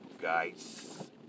guys